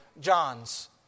John's